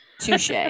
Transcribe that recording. Touche